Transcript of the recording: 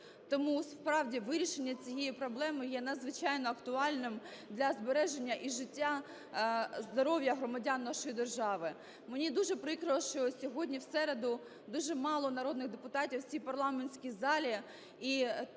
Тому, справді, вирішення цієї проблеми є надзвичайно актуальним для збереження і життя, здоров'я громадян нашої держави. Мені дуже прикро, що сьогодні, в середу, дуже мало народних депутатів в цій парламентській залі